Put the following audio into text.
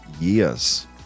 years